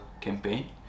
campaign